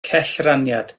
cellraniad